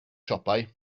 siopau